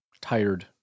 tired